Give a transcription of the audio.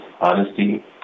honesty